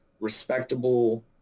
respectable